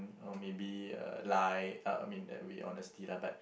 or maybe lie I mean that will be honesty lah but